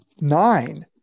nine